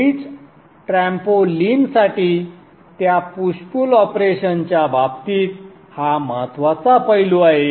bridge ट्रॅम्पोलिनसाठी त्या push pull ऑपरेशन्सच्या बाबतीत हा महत्त्वाचा पैलू आहे